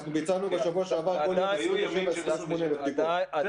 אנחנו ביצענו בשבוע שעבר כל יום 28,000-27,000 בדיקות.